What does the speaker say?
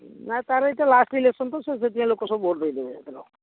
ନାଇଁ ତା'ର ଏଇଟା ଲାଷ୍ଟ୍ ଇଲେକ୍ସନ୍ ତ ସେ ସେଇଥିପାଇଁ ଲୋକ ସବୁ ଭୋଟ୍ ଦେଇଦେବେ ଏଥର